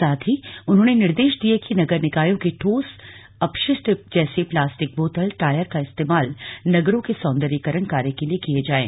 साथ ही उन्होंने निर्देश दिये कि नगर निकायों के ठोस अपशिष्ट जैसे प्लास्टिक बोतल टायर का इस्तेमाल नगरों के सौन्दर्यीकरण कार्य के लिए किये जाएं